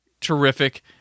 terrific